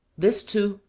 this, too,